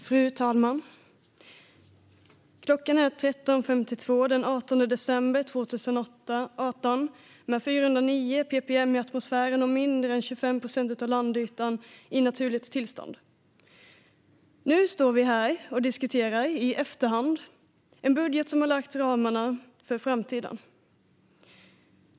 Fru talman! Klockan är 13.52 den 18 december 2018, med 409 PPM i atmosfären och mindre än 25 procent av landytan i naturligt tillstånd. Nu står vi här och diskuterar, i efterhand, en budget som har lagt ramarna för framtiden.